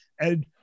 and-